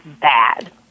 bad